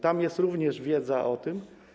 Tam jest również wiedza o tym.